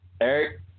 Eric